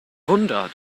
wunder